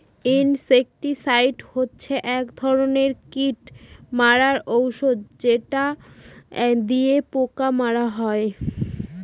insecticide হচ্ছে এক ধরনের কীট মারার ঔষধ যেটা দিয়ে পোকা মারা হয়